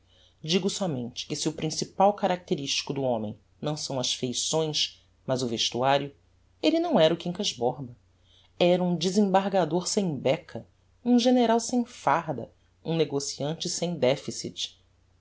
digo somente que se o principal característico do homem não são as feições mas o vestuário elle não era o quincas borba era um desembargador sem beca um general sem farda um negociante sem deficit